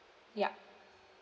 ya